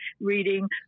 reading